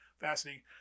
Fascinating